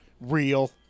real